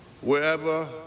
wherever